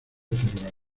teruel